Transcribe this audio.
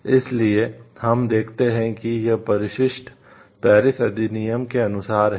इसलिए हम देखते हैं कि यह परिशिष्ट पेरिस अधिनियम के अनुसार है